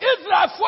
Israel